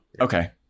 okay